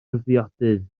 ddiodydd